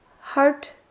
heart